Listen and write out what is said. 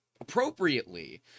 appropriately